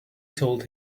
told